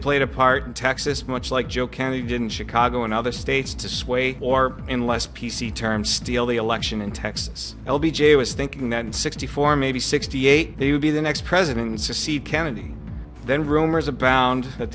played a part in texas much like joe kennedy didn't chicago and other states to sway or in less p c term steal the election in texas l b j was thinking that in sixty four maybe sixty eight he would be the next president secede kennedy then rumors abound that